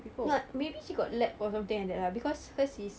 not maybe she got lab or something like that lah because hers is